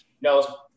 No